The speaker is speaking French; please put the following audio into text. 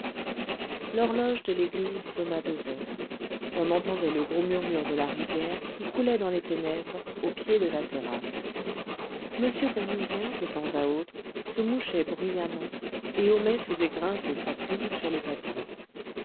l'horloge de l'église sonna deux heures on entendait le gros murmure de la rivière qui coulait dans les ténèbres au pied de la terrasse m bournisien de temps à autre se mouchait bruyamment et homais faisait grincer sa plume sur le papier